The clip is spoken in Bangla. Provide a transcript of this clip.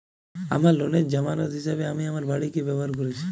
আমার লোনের জামানত হিসেবে আমি আমার বাড়িকে ব্যবহার করেছি